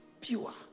pure